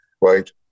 right